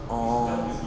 orh